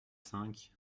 cinq